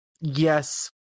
yes